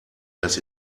das